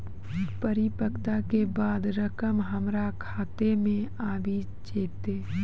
परिपक्वता के बाद रकम हमरा खाता मे आबी जेतै?